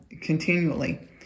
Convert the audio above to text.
continually